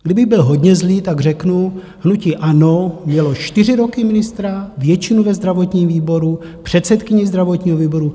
Kdybych byl hodně zlý, tak řeknu hnutí ANO: mělo čtyři roky ministra, většinu ve zdravotním výboru, předsedkyni zdravotního výboru.